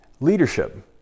leadership